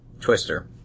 Twister